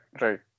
right